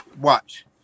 watch